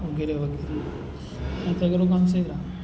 વગેરે વગેરે આ તો અધરું કામ છે રામ